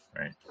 right